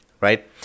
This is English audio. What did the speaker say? right